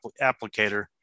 applicator